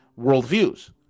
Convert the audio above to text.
worldviews